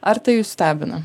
ar tai jus stebina